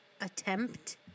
attempt